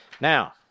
Now